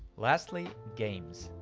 lastly, games.